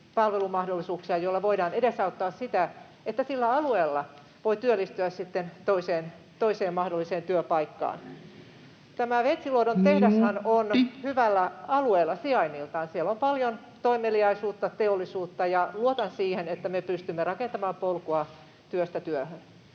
palvelumahdollisuuksia, joilla voidaan edesauttaa sitä, että sillä alueella voi työllistyä sitten toiseen mahdolliseen työpaikkaan. [Puhemies: Minuutti!] Tämä Veitsiluodon tehdashan on hyvällä alueella sijainniltaan. Siellä on paljon toimeliaisuutta ja teollisuutta, ja luotan siihen, että me pystymme rakentamaan polkua työstä työhön.